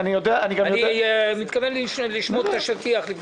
אני מתכוון לשמוט את השטיח מתחת לרגלי